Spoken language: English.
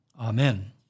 Amen